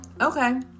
Okay